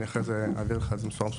אני אחרי זה אעביר בצורה מסודרת.